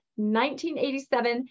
1987